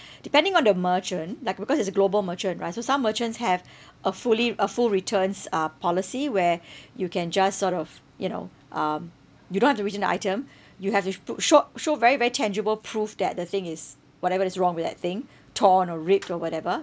depending on the merchant like because it's a global merchant right so some merchants have a fully a full returns uh policy where you can just sort of you know um you don't have to return the item you have to to show show very very tangible proof that the thing is whatever is wrong with that thing torn or ripped or whatever